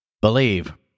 Believe